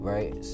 Right